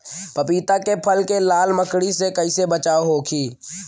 पपीता के फल के लाल मकड़ी से कइसे बचाव होखि?